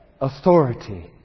authority